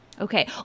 Okay